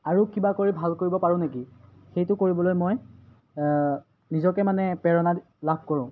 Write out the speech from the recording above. আৰু কিবা কৰি ভাল কৰিব পাৰোঁ নেকি সেইটো কৰিবলৈ মই নিজকে মানে প্ৰেৰণা লাভ কৰোঁ